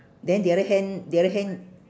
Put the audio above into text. then the other hand the other hand